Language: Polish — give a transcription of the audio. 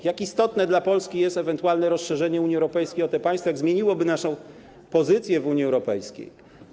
Chodzi o to, jak istotne dla Polski jest ewentualne rozszerzenie Unii Europejskiej o te państwa, jak zmieniłoby naszą pozycję w Unii Europejskiej.